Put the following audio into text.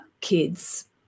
kids